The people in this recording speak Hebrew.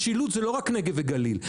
משילות זה לא רק נגב וגליל.